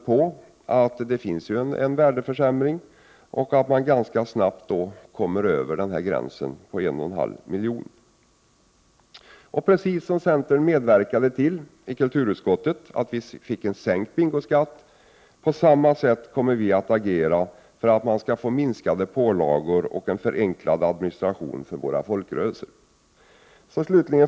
På grund av den värdeförsämring som sker kommer man ganska snabbt över gränsen på 1,5 milj.kr. I kulturutskottet medverkade centern till att vi fick en sänkning av bingoskatten. På samma sätt kommer vi att agera för att man skall få minskade pålagor och en förenklad administration för våra folkrörelser. Fru talman!